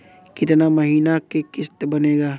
कितना महीना के किस्त बनेगा?